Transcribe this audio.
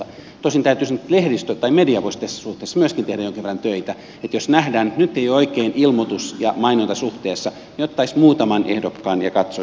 tosin täytyy sanoa että lehdistö tai media voisi tässä suhteessa myöskin tehdä jonkin verran töitä että jos nähdään että nyt ei ole oikein ilmoitus ja mainonta suhteessa niin ottaisi muutaman ehdokkaan ja katsoisi ovatko ne oikein